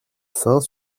saint